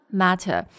matter